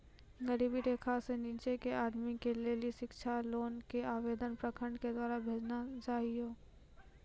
गरीबी रेखा से नीचे के आदमी के लेली शिक्षा लोन के आवेदन प्रखंड के द्वारा भेजना चाहियौ?